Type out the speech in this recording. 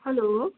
hello